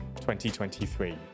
2023